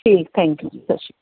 ਠੀਕ thank you ji ਸਤਿ ਸ਼੍ਰੀ ਅਕਾਲ